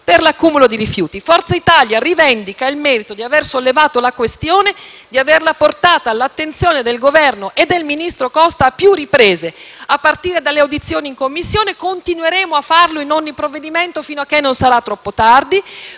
per l'accumulo di rifiuti. Forza Italia rivendica il merito di aver sollevato la questione e di averla portata all'attenzione del Governo e del ministro Costa a più riprese, a partire dalle audizioni in Commissione. Continueremo a farlo in ogni provvedimento fino a che non sarà troppo tardi.